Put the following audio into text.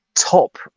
top